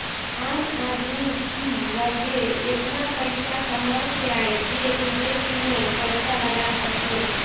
आम आदमी की लगे एतना पईसा कहवा से आई जे विदेश में पईसा लगा सके